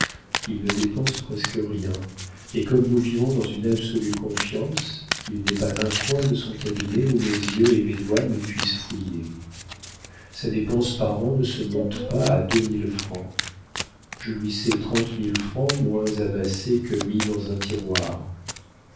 il ne dépense presque rien et comme nous vivons dans une absolue confiance il n'est pas un coin de son cabinet où mes yeux et mes doigts ne puissent fouiller sa dépense par an ne se monte pas à deux mille francs je lui sais trente mille francs moins amassés que mis dans un tiroir